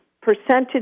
percentage